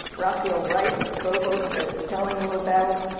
rafael reif, the provost i was telling you about,